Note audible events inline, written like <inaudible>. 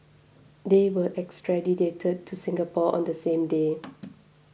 they were extradited to Singapore on the same day <noise>